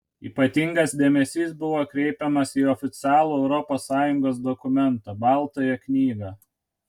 ypatingas dėmesys buvo kreipiamas į oficialų europos sąjungos dokumentą baltąją knygą